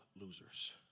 losers